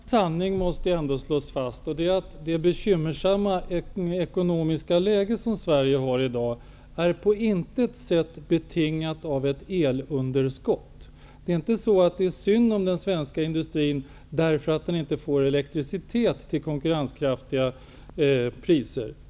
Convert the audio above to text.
Herr talman! En sanning måste slås fast, nämligen att det bekymmersamma ekonomiska läge som Sverige i dag befinner sig i på intet sätt är betingat av ett elunderskott. Det är inte synd om den svenska industrin därför att den inte får elektricitet till konkurrenskraftiga priser.